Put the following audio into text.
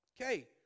Okay